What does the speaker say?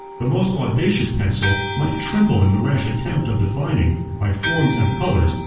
the most audacious pencil might tremble in the rash attempt of defining, by forms and colors,